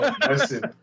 Listen